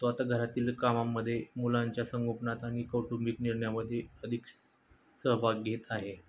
आता घरातील कामाांमध्ये मुलांच्या संगोपनात आणि कौटुंबिक निर्णयामध्ये अधिक सहभाग घेत आहे